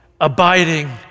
abiding